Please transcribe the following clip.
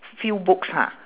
few books ha